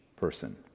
person